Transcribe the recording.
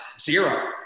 zero